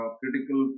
critical